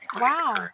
Wow